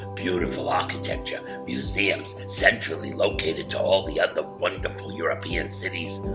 beautiful architecture, museums, centrally located to all the other wonderful european cities.